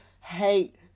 hate